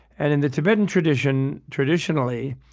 and in the tibetan tradition, traditionally,